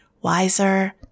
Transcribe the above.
wiser